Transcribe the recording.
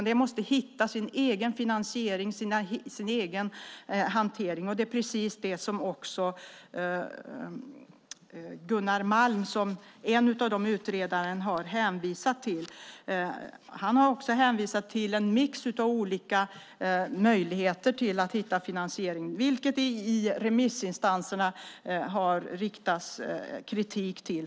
Det måste hitta sin egen finansiering och sin egen hantering. Det är precis det som Gunnar Malm, en av utredarna, har hänvisat till. Han har också hänvisat till en mix av olika möjligheter att hitta finansiering, vilket det i remissinstanserna har riktats kritik mot.